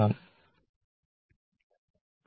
നന്ദി